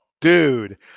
dude